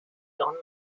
donald